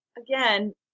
Again